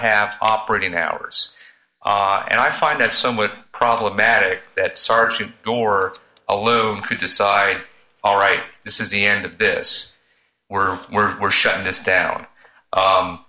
have operating hours and i find it somewhat problematic that sergeant gore aloon could decide all right this is the end of this we're we're we're shutting this down